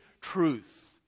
truth